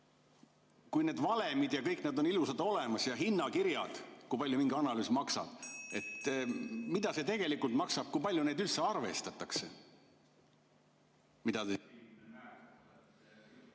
Kui need valemid ja kõik need on ilusasti olemas ja ka hinnakirjad, kui palju mingi analüüs maksab, siis mida see tegelikult maksab ja kui palju neid üldse arvestatakse?